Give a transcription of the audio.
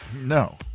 No